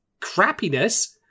crappiness